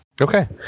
okay